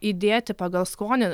įdėti pagal skonį